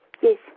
Yes